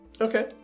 Okay